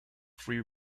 free